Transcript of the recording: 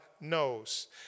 knows